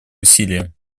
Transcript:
усилия